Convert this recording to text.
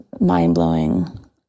mind-blowing